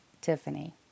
Tiffany